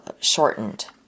shortened